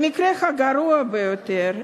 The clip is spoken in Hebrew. במקרה הגרוע ביותר,